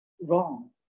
wrong